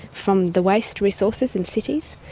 from the waste resources in cities,